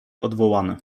odwołane